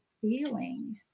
feeling